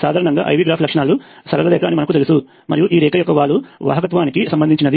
సాధారణంగా I V graph లక్షణాలు సరళ రేఖ అని మనకు తెలుసు మరియు ఈ రేఖ యొక్క వాలు వాహకత్వానికి సంబంధించినది